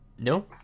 No